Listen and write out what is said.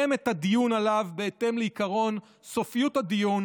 את הדיון עליו בהתאם לעקרון סופיות הדיון,